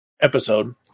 episode